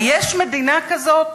היש מדינה כזאת?